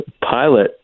pilot